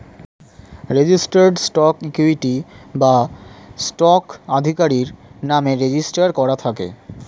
registered stock equity বা stock আধিকারির নামে রেজিস্টার করা থাকে